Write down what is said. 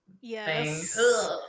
Yes